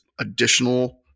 additional